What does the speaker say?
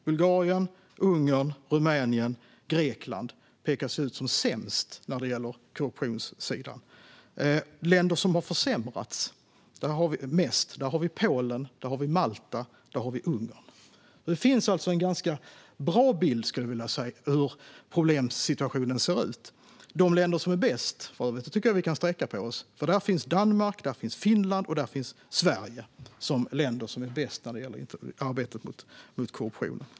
Bulgarien, Ungern, Rumänien och Grekland pekas ut som sämst när det gäller korruption. De länder som har försämrats mest är Polen, Malta och Ungern. Det finns alltså en ganska bra bild, skulle jag vilja säga, av hur problemsituationen ser ut. När det gäller de länder som är bäst på arbete mot korruption tycker jag för övrigt att vi kan sträcka på oss, för där finns Danmark, Finland och Sverige.